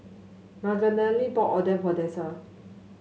Magdalene bought Oden for Dessa